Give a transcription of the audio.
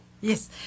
Yes